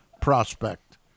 prospect